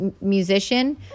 musician